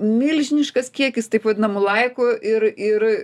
milžiniškas kiekis taip vadinamų laikų ir ir